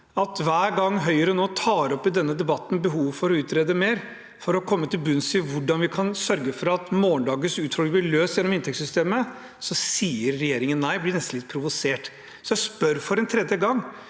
nå. Hver gang Høyre nå tar opp behovet for å utrede mer i denne debatten, for å komme til bunns i hvordan vi kan sørge for at morgendagens utfordringer blir løst gjennom inntektssystemet, sier regjeringen nei og blir nesten litt provosert. Jeg spør for tredje gang: